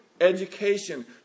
education